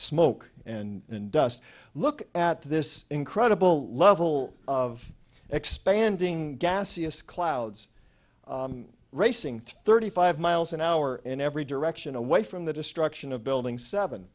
smoke and dust look at this incredible level of expanding gaseous clouds racing thirty five miles an hour in every direction away from the destruction of building seven